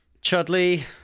Chudley